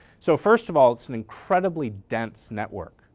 so first of all, it's an incredibly dense network.